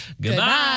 Goodbye